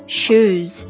shoes